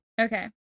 Okay